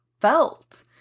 felt